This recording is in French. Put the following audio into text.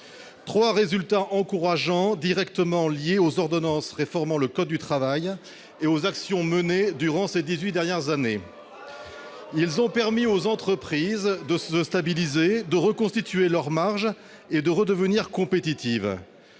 trois résultats encourageants directement liés à la mise en oeuvre des ordonnances réformant le code du travail et aux actions menées durant ces dix-huit derniers mois. Ces mesures ont permis aux entreprises de se stabiliser, de reconstituer leurs marges et de redevenir compétitives.